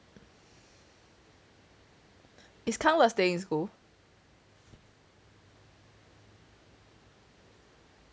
is kang le staying in school